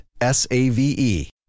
S-A-V-E